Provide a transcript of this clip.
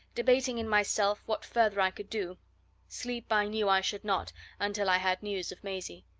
debating in myself what further i could do sleep i knew i should not until i had news of maisie.